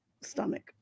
Stomach